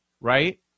Right